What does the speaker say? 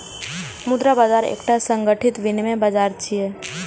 मुद्रा बाजार एकटा संगठित विनियम बाजार छियै